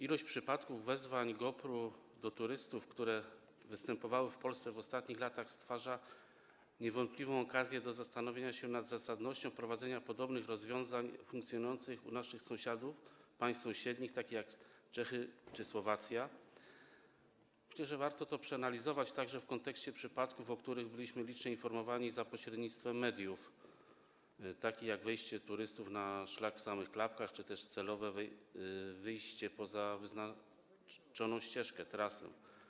Ilość przypadków wezwań GOPR-u do turystów, które występowały w Polsce w ostatnich latach, stwarza niewątpliwą okazję do zastanowieniem się nad zasadnością wprowadzenia rozwiązań podobnych do tych funkcjonujących u naszych sąsiadów, w państwach sąsiednich, takich jak Czechy czy Słowacja, z tym że warto to przeanalizować w kontekście licznych przypadków, o których byliśmy informowani za pośrednictwem mediów, takich jak wejście turystów na szlak w samych klapkach czy też celowe wyjście poza wyznaczoną ścieżkę, trasę.